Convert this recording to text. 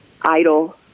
idle